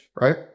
right